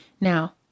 Now